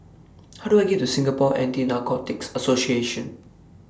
How Do I get to Singapore Anti Narcotics Association